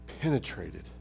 penetrated